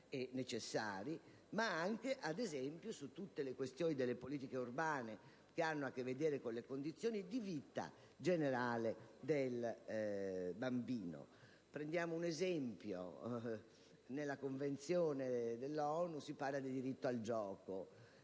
e necessari, ma anche ad esempio su tutte le questioni delle politiche urbane che hanno a che vedere con le condizioni di vita generale del bambino. Possiamo fare un esempio: nella Convenzione delle Nazioni Unite si parla di diritto al gioco.